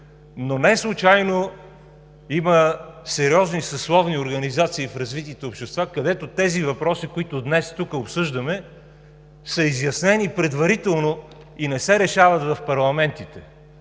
но неслучайно има сериозни съсловни организации в развитите общества, където тези въпроси, които днес тук обсъждаме, са изяснени предварително и не се решават в парламентите.